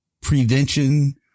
prevention